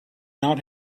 not